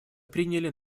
приняли